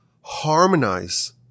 harmonize